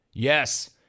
Yes